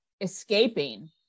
escaping